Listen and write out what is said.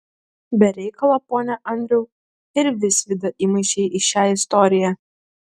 be reikalo pone andriau ir visvydą įmaišei į šią istoriją